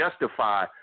justify